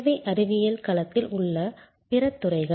சேவை அறிவியல் களத்தில் உள்ள பிற துறைகள்